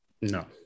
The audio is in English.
No